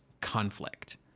conflict